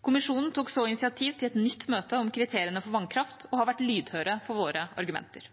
Kommisjonen tok så initiativ til et nytt møte om kriteriene for vannkraft og har vært lydhøre for våre argumenter.